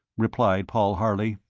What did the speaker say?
replied paul harley.